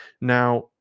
now